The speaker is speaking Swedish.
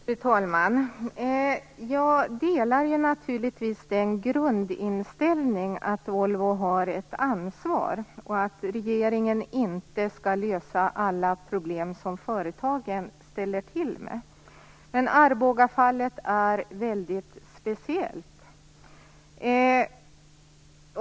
Fru talman! Jag delar naturligtvis grundinställningen att Volvo har ett ansvar och att regeringen inte skall lösa alla problem som företagen ställer till med. Men Arbogafallet är väldigt speciellt.